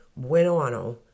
Buenoano